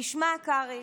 תשמע, קרעי,